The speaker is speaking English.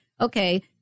okay